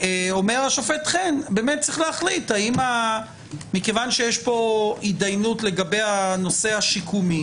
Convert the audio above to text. אומר השופט חן שמכיוון שיש פה התדיינות לגבי הנושא השיקומי,